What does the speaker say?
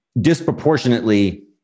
disproportionately